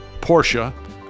Porsche